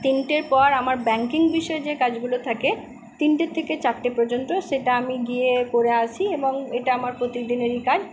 তিনটের পর আমার ব্যাংকিং বিষয়ে যে কাজগুলো থাকে তিনটের থেকে চারটে পর্যন্ত সেটা আমি গিয়ে করে আসি এবং এটা আমার প্রতিদিনেরই কাজ